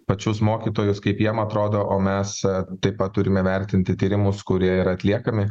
pačius mokytojus kaip jiem atrodo o mes taip pat turime vertinti tyrimus kurie yra atliekami